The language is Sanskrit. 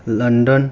लण्डन्